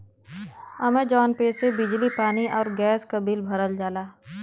Amazon Pay से बिजली पानी आउर गैस क बिल भरल जाला